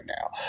now